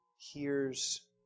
hears